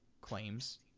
claims